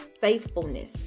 faithfulness